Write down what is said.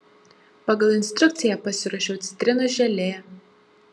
pagal instrukciją pasiruošiau citrinų želė